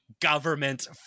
government